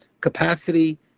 capacity